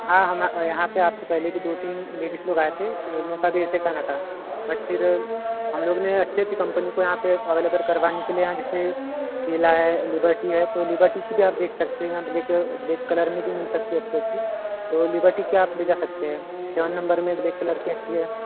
हाँ यहाँ पे आपसे पहले भी दो तीन लेडीज़ लोग आए थे वो लोग का भी ऐसे ही कहना था बट फिर हम लोग ने अच्छी अच्छी कंपनी को यहां पे अवेलबेल करवाने के लिए यहां जैसे फ़िला है लिबर्टी है तो लिबर्टी की भी आप देख सकती हैं ब्लैक ब्लैक कलर में भी मिल सकती हैं अच्छी अच्छी तो लिबर्टी की आप ले जा सकते हैं सेवन नंबर में ब्लैक कलर की अच्छी है